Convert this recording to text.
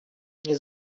nie